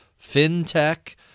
fintech